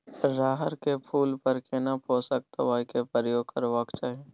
रहर के फूल पर केना पोषक दबाय के प्रयोग करबाक चाही?